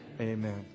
Amen